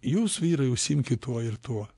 jūs vyrai užsiimkit tuo ir tuo